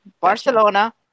Barcelona